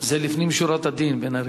זה לפנים משורת הדין, בן-ארי.